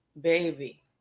baby